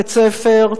בית-ספר,